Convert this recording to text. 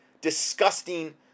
disgusting